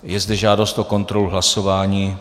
Je zde žádost o kontrolu hlasování.